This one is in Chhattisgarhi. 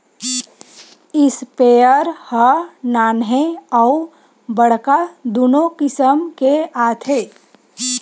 इस्पेयर ह नान्हे अउ बड़का दुनो किसम के आथे